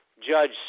Judge